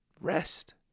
Rest